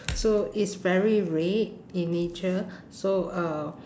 so it's very red in nature so uh